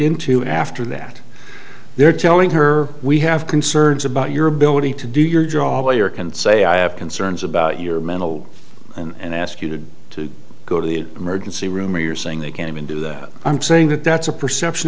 into after that they're telling her we have concerns about your ability to do your job or your can say i have concerns about your mental and ask you to to go to the emergency room or you're saying they can't even do that i'm saying that that's a perception